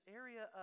area